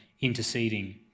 interceding